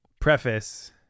preface